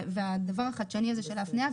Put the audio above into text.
והדבר החדשני הזה של ההפניה,